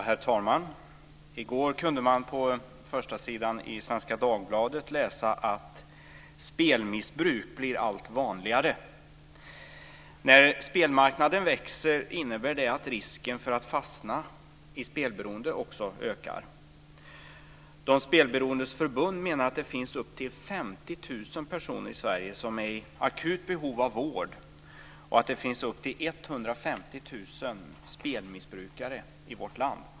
Herr talman! I går kunde man på första sidan i Svenska Dagbladet läsa att spelmissbruk blir allt vanligare. När spelmarknaden växer innebär det att risken för att fastna i spelberoende också ökar. De spelberoendes förbund menar att det finns upp till 50 000 personer i Sverige som är i akut behov av vård och att det finns upp till 150 000 spelmissbrukare i vårt land.